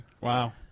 Wow